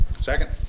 Second